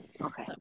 Okay